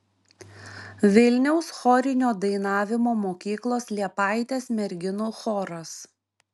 vilniaus chorinio dainavimo mokyklos liepaitės merginų choras